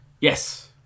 Yes